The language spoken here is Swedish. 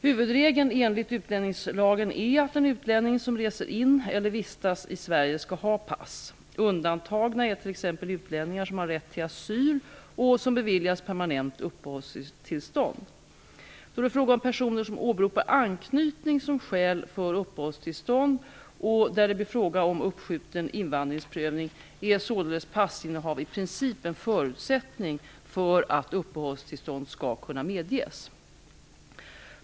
Huvudregeln enligt utlänningslagen är att en utlänning som reser in eller vistas i Sverige skall ha pass. Undantagna är t.ex. utlänningar som har rätt till asyl och som beviljas permanent uppehållstillstånd. Då det är fråga om personer som åberopar anknytning som skäl för uppehållstillstånd och där det blir fråga om uppskjuten invandringsprövning är således passinnehav i princip en förutsättning för att uppehållstillstånd skall kunna medges.